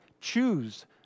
choose